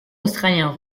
australien